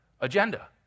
agenda